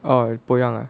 oh போனவங்க:ponavanga